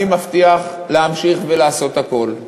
אני מבטיח להמשיך ולעשות הכול,